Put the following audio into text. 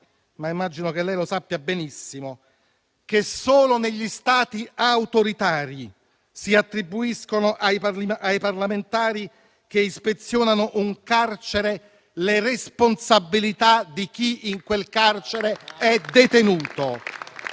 se immagino che lei lo sappia benissimo, che solo negli Stati autoritari si attribuiscono ai parlamentari che ispezionano un carcere le responsabilità di chi in quel carcere è detenuto.